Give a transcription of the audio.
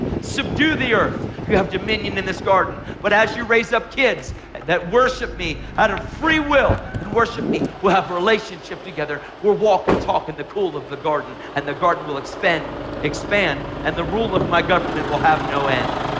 subdue the earth. you have dominion in this garden, but as you raise up kids that worship me out of free will and worship me, we'll have relationship together. we'll walk and talk in the cool of the garden, and the garden will expand expand and the rule of my government will have no end.